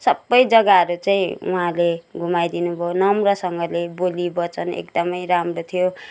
सबै जग्गाहरू चाहिँ उहाँले घुमाइ दिनु भयो नम्रसँगले बोली वचन एकदमै राम्रो थियो